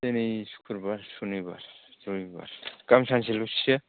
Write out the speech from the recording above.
दिनै सुक्र'बार सुनिबार रबिबार गाबोन सानसेल'सैसो